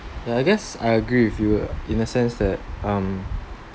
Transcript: ya I guess I agree with you lah in the sense that um